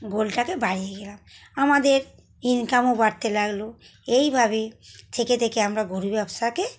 গোয়ালটাকে বাড়িয়ে গেলাম আমাদের ইনকামও বাড়তে লাগল এইভাবে থেকে থেকে আমরা গোরু ব্যবসাকে